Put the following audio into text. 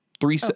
Three